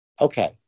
Okay